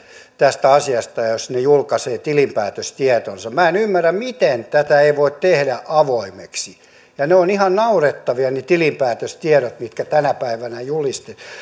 tästä asiasta jos ne ne julkaisevat tilinpäätöstietonsa minä en ymmärrä miten tätä ei voi tehdä avoimeksi ne ovat ihan naurettavia ne tilinpäätöstiedot mitkä tänä päivänä